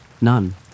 None